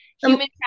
Human